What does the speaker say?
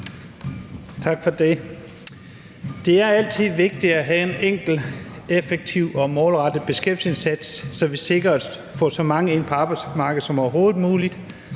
Det er altid vigtigt at have en enkel, effektiv og målrettet beskæftigelsesindsats, så vi sikrer os at få så mange ind på arbejdsmarkedet som overhovedet muligt